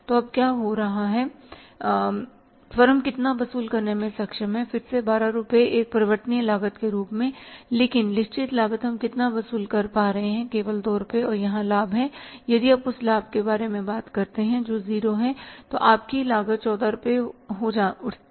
तो अब क्या हो रहा है फर्म कितना वसूल करने में सक्षम है फिर से 12 रुपये एक परिवर्तनीय लागत के रूप में लेकिन निश्चित लागत हम कितना वसूल कर पा रहे हैं केवल 2 रुपये और यहाँ लाभ है यदि आप उस लाभ के बारे में बात करते हैं जो 0 है तो आपकी लागत 14 रुपये हो जाती है